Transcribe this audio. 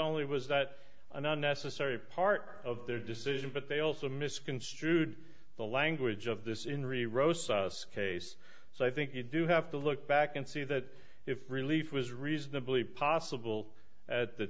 only was that a necessary part of their decision but they also misconstrued the language of this in re rose us case so i think you do have to look back and see that if relief was reasonably possible at the